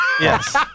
Yes